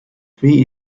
three